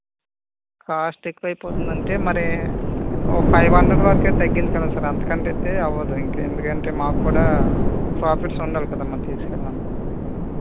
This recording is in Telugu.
కాస్ట్ ఎక్కువ అయిపోతుంది అంటే మరి ఓ ఫైవ్ హండ్రెడ్ వరకే అయితే తగ్గించగలం సార్ అంతకంటే అయితే అవ్వదు ఇంకా ఎందుకంటే మాకు కూడా ప్రాఫిట్స్ ఉండాలి కదా మరి తీసుకెళ్ళినందుకు